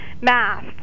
math